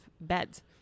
beds